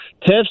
tips